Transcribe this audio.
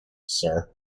sir